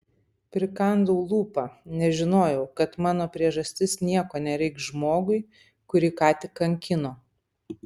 prikandau lūpą nes žinojau kad mano priežastis nieko nereikš žmogui kurį ką tik kankino